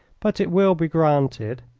but it will be granted.